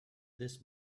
this